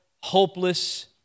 hopeless